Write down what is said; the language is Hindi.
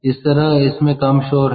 इस तरह इसमें कम शोर है